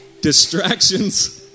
Distractions